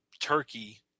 turkey